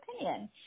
opinion